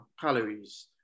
calories